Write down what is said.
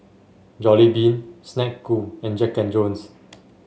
Jollibean Snek Ku and Jack And Jones